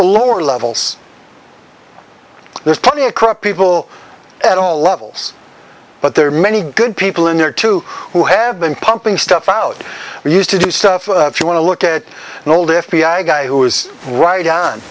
the lower levels there's plenty of corrupt people at all levels but there are many good people in there too who have been pumping stuff out used to do stuff if you want to look at an old f b i guy who was right